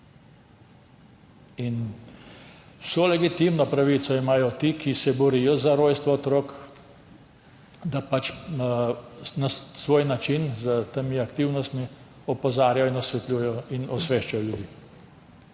Vso legitimno pravico imajo ti, ki se borijo za rojstvo otrok, da na svoj način s temi aktivnostmi opozarjajo in osvetljujejo in osveščajo ljudi.